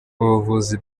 ubuvuzi